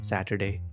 Saturday